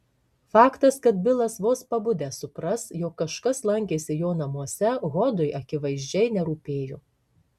faktas kad bilas vos pabudęs supras jog kažkas lankėsi jo namuose hodui akivaizdžiai nerūpėjo